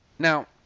Now